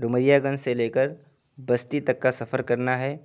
ڈومریا گنج سے لے کر بستی تک کا سفر کرنا ہے